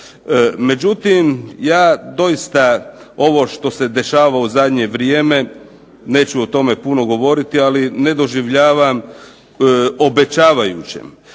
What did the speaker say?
Međutim, ja doista ovo što se dešava u zadnje vrijeme neću o tome puno govoriti, ali ne doživljavam obećavajućem.